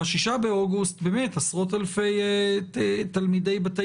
ב-6 באוגוסט עשרות אלפי תלמידי בתי